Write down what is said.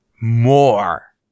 More